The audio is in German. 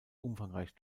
umfangreich